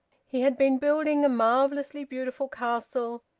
he had been building a marvellously beautiful castle,